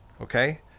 okay